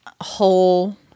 whole